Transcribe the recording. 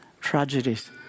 Tragedies